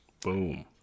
Boom